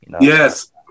yes